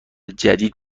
جدید